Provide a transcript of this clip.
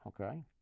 Okay